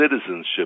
citizenship